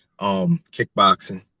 Kickboxing